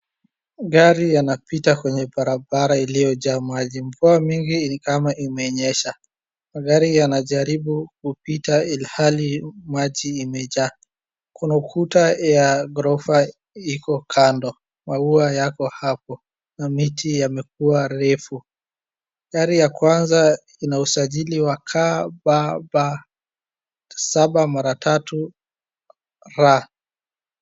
Gari yanapita kwenye barabara iliyojaa maji, mvua mingi nikama imenyesha, magari yanajaribu kupita ilhali maji imejaa, kuna ukuta ya ghorofa iko kando, maua yako hapo na miti imekuwa refu. Gari ya kwanza ina usajili wa KBB 777R.